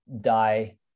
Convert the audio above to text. die